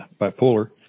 bipolar